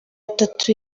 atatu